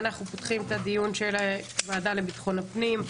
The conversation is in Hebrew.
ואנחנו פותחים את ישיבת הוועדה לביטחון הפנים.